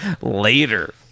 later